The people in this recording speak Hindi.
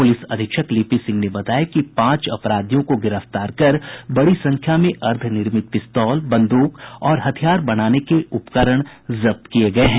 पुलिस अधीक्षक लिपि सिंह ने बताया कि पांच अपराधियों को गिरफ्तार कर बड़ी संख्या में अर्द्वनिर्मित पिस्तौल बंदूक और हथियार बनाने के उपकरण जब्त किये गये हैं